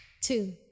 two